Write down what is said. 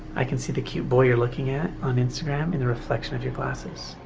i can see the cute boy you're looking at on instagram in the reflection of your glasses.